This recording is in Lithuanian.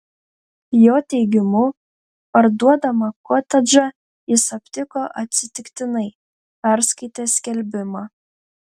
jo teigimu parduodamą kotedžą jis aptiko atsitiktinai perskaitęs skelbimą